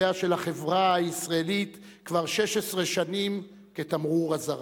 מהדהד בשדרותיה של החברה הישראלית כבר 16 שנים כתמרור אזהרה.